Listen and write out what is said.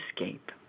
escape